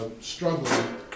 struggling